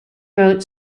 wrote